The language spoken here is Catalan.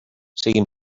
siguin